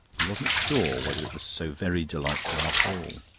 he wasn't sure whether it was so very delightful after all.